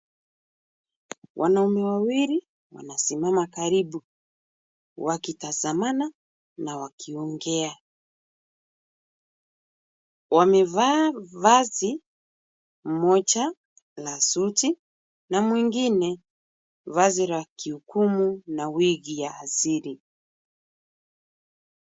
Wanaume wawili wanasimama karibu wakitazamana na wakiongea. Wamevaa mmoja la suti na mwingine vazi ya kihukumu na wigi ya asili.